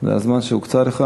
זה הזמן שהוקצה לך?